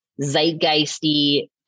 zeitgeisty